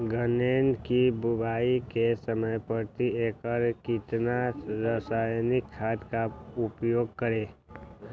गन्ने की बुवाई के समय प्रति एकड़ कितना रासायनिक खाद का उपयोग करें?